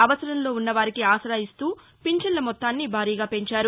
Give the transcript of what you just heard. అవసరంలో ఉన్నవారికి ఆసరా ఇస్తూ పింఛన్ల మొత్తాన్ని భారీగా పెంచారు